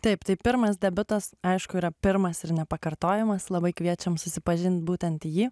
taip tai pirmas debiutas aišku yra pirmas ir nepakartojamas labai kviečiam susipažint būtent jį